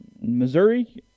Missouri